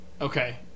Okay